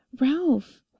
Ralph